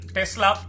Tesla